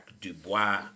Dubois